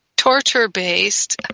torture-based